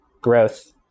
growth